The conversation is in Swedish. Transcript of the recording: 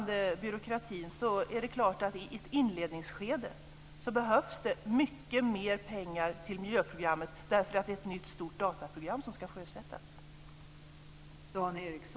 Det är klart att det i ett inledningsskede behövs mycket mer pengar till miljöprogrammet, eftersom det är ett nytt stort dataprogram som ska sjösättas.